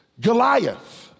Goliath